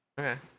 Okay